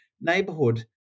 neighborhood